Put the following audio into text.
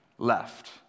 Left